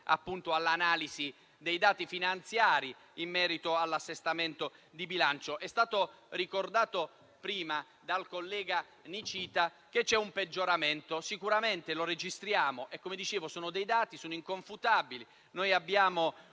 all'analisi dei dati finanziari in merito all'assestamento di bilancio. È stato ricordato prima dal collega Nicita che c'è un peggioramento, che registriamo, essendo dati inconfutabili. Il saldo